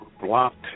blocked